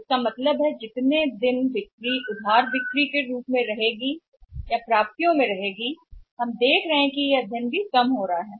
तो इसका मतलब है कि क्रेडिट बिक्री या हमारे द्वारा देखे गए प्राप्तियों में अवरुद्ध दिनों की संख्या यह अध्ययन भी कम हो रहा है